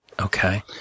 Okay